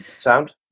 Sound